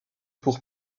pour